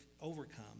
overcome